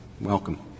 Welcome